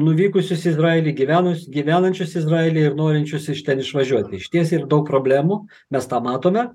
nuvykusius į izraelį gyvenus gyvenančius izraelyje ir norinčius iš ten išvažiuot tai išties yra daug problemų mes tą matome